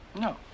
No